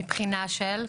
מבחינה של?